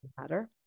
matter